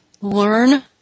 learn